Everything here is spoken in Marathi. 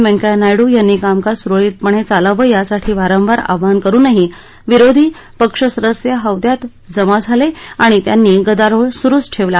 वैंकय्या नायडू यांनी कामकाज सुरळीतपणे चालावं यासाठी वारंवार आवाहन करुनही विरोधी पक्षसदस्य हौद्यात जमा झाले आणि त्यांनी गदारोळ सुरुच ठेवला